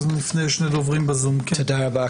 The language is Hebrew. תודה רבה.